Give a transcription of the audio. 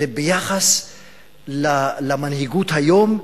ביחס למנהיגות היום,